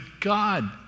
God